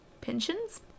Pensions